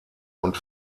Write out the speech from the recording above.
und